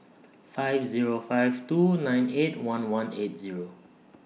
five Zero five two nine eight one one eight Zero